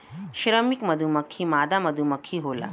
श्रमिक मधुमक्खी मादा मधुमक्खी होला